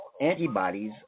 antibodies